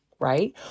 right